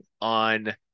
on